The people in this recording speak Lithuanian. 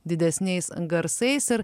didesniais garsais ar